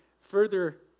further